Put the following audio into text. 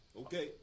Okay